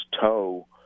toe